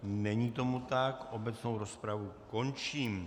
Není tomu tak, obecnou rozpravu končím.